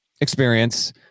experience